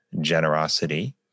generosity